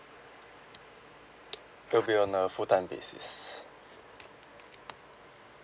it will be on a full time basis